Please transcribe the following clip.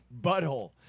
butthole